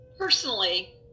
Personally